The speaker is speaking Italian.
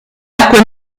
acque